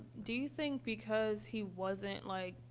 do you think because he wasn't, like,